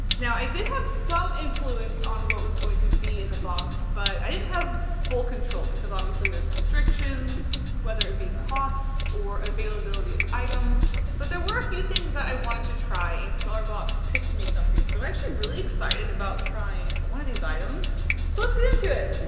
now i did have some influence on what was going to be in the box but i didn't have full control because obviously there's restrictions whether it be costs or availability of items. but there were a few things that i wanted to try and scrawlrbox pitched me something. and so i'm actually really excited about trying one of these items. so let's get into it.